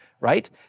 right